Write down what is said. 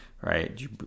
right